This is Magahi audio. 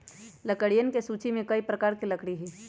लकड़ियन के सूची में कई प्रकार के लकड़ी हई